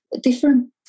different